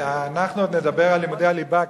בעד לימודי ליבה.